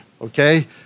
Okay